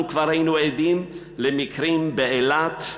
אנחנו כבר היינו עדים למקרים באילת,